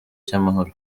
cy’amahoro